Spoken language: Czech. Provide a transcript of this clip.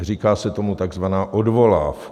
Říká se tomu takzvaná odvolávka.